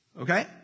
Okay